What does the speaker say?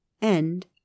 End